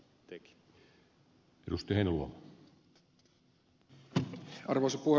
arvoisa puhemies